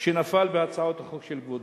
שנפל בהצעת החוק של כבודו.